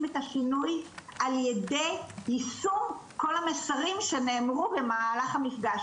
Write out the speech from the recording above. את השינוי על ידי יישום כל המסרים שנאמרו במהלך המפגש